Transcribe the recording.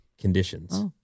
conditions